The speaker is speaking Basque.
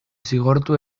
zigortu